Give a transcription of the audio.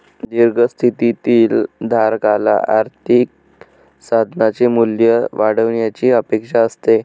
दीर्घ स्थितीतील धारकाला आर्थिक साधनाचे मूल्य वाढण्याची अपेक्षा असते